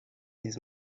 his